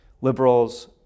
liberals